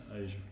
Asia